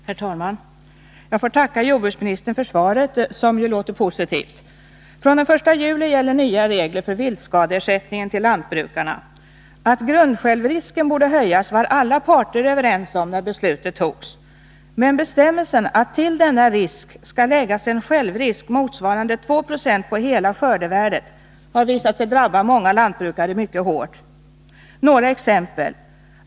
Herr talman! Jag får tacka jordbruksministern för svaret, som ju låter positivt. När beslutet fattades var alla parter överens om att grundsjälvrisken skulle höjas, men bestämmelsen att till denna skall läggas en självrisk motsvarande 2 90 på hela skördevärdet har visat sig drabba många lantbrukare mycket hårt. Jag vill ge några exempel.